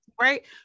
right